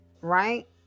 right